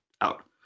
out